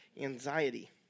anxiety